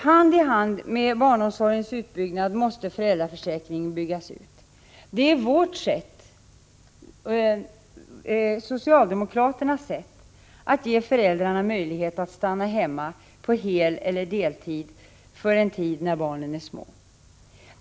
Hand i hand med barnomsorgens utbyggnad måste en utbyggnad av föräldraförsäkringen genomföras. Det är socialdemokraternas sätt att ge föräldrar möjlighet att för en tid stanna hemma på heleller deltid när barnen är små.